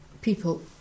People